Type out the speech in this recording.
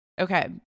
Okay